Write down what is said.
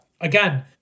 Again